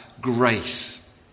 grace